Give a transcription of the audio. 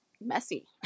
messy